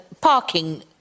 parking